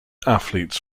athletes